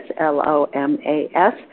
L-O-M-A-S